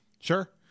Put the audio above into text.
Sure